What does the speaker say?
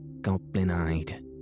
goblin-eyed